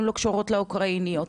הן לא קשורות לאוקראיניות.